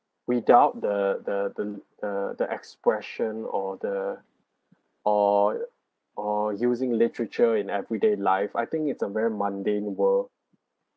without the the the the the expression or the or or using literature in everyday life I think it's a very mundane world